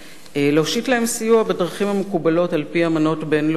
להושיט להם סיוע בדרכים המקובלות על-פי אמנות בין-לאומיות.